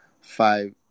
five